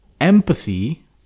empathy